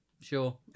sure